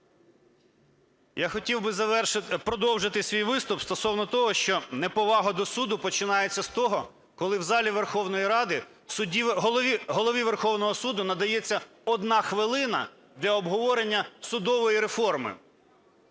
завершити… продовжити свій виступ стосовно того, що неповага до суду починається з того, коли в залі Верховної Ради Голові Верховного Суду надається одна хвилина для обговорення судової реформи.